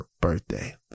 birthday